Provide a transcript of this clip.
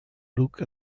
look